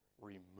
remove